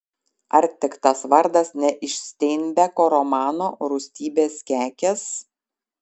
ar tik tas vardas ne iš steinbeko romano rūstybės kekės